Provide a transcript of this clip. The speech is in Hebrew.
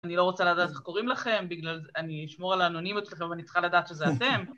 אני לא רוצה לדעת איך קוראים לכם, בגלל ז..., אני אשמור על האנונימיות שלכם ואני צריכה לדעת שזה אתם.